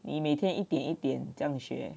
你每天一点一点这样